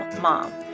mom